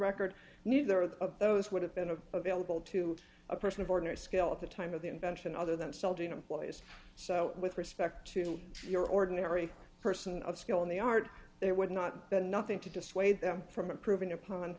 record neither of those would have been of available to a person of ordinary skill at the time of the invention other than celgene employees so with respect to your ordinary person of skill in the art there would not been nothing to dissuade them from improving upon